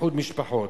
ההתבטאות שלו,